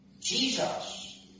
Jesus